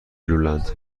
لولند